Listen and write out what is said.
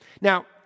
Now